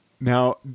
Now